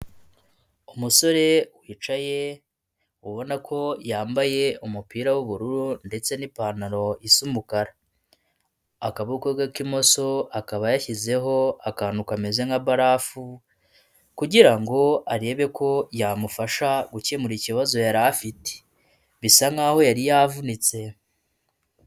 Umusore wicaye ubona ko yambaye umupira w'ubururu ndetse n'ipantaro isa umukara akaboko k'imoso akaba yashyizeho akantu kameze nka barafu kugira ngo arebe ko yamufasha gukemura ikibazo yari afite bisa n'aho yari yavunitse.